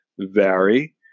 vary